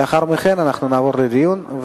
לאחר מכן נעבור לדיון.